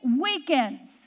weekends